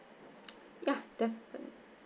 ya definitely